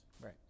Right